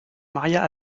maria